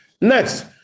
Next